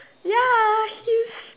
ya she's